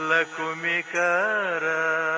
Lakumikara